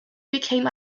became